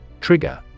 Trigger